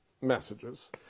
messages